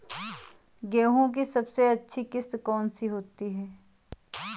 गेहूँ की सबसे अच्छी किश्त कौन सी होती है?